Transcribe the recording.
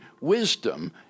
wisdom